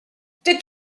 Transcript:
tais